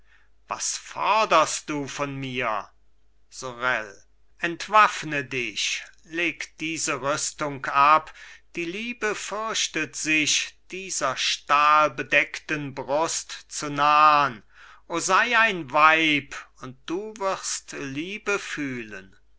was foderst du von mir sorel entwaffne dich leg diese rüstung ab die liebe fürchtet sich dieser stahlbedeckten brust zu nahn o sei ein weib und du wirst liebe fühlen